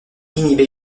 inhibe